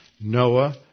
Noah